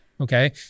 Okay